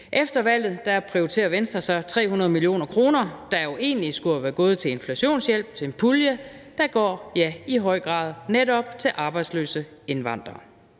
efter valget prioriterer Venstre så 300 mio. kr., der jo egentlig skulle være gået til en pulje til inflationshjælp, til i høj grad at gå til netop arbejdsløse indvandrere.